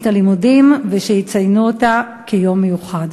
הלימודים ושיציינו אותו כיום מיוחד.